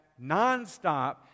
nonstop